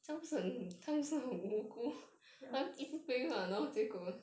ya